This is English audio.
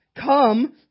Come